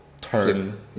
turn